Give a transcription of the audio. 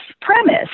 premise